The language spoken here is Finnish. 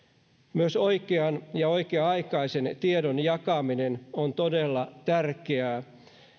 myös oikean ja oikea aikaisen tiedon jakaminen on todella tärkeää